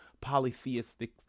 polytheistic